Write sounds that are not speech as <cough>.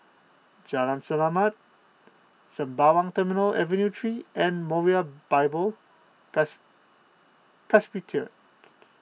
Jalan Selamat Sembawang Terminal Avenue three and Moriah Bible <unintelligible> Presby <unintelligible>